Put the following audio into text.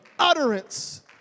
utterance